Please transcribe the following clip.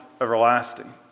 everlasting